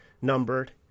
numbered